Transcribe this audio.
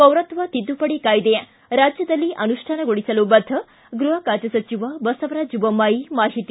ಪೌರತ್ವ ತಿದ್ದುಪಡಿ ಕಾಯ್ದೆ ರಾಜ್ಯದಲ್ಲಿ ಅನುಷ್ಠಾನಗೊಳಿಸಲು ಬದ್ಧ ಗೃಪ ಖಾತೆ ಸಚಿವ ಬಸವರಾಜ್ ಬೊಮ್ಮಾಯಿ ಮಾಹಿತಿ